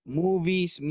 movies